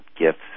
gifts